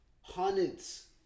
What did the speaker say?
hundreds